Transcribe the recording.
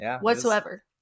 whatsoever